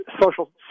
social